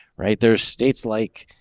right there states like,